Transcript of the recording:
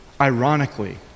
ironically